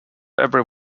every